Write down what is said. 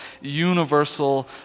universal